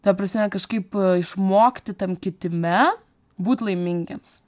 ta prasme kažkaip išmokti tam kitime būt laimingiems